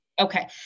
Okay